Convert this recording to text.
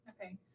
okay